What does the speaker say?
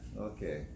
Okay